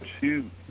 two